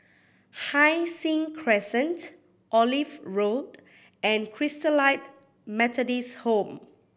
Hai Sing Crescent Olive Road and Christalite Methodist Home